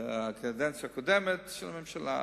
הקדנציה הקודמת של הממשלה,